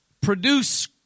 produce